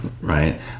right